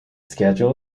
schedule